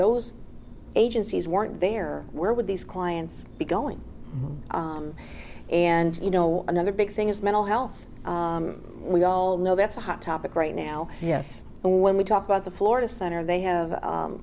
those agencies weren't there where would these clients be going and you know another big thing is mental health we all know that's a hot topic right now yes and when we talk about the florida center they